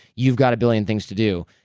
you've got a billion things to do.